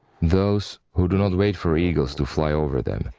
those who do not wait for eagles to fly over them.